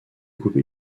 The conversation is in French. coupée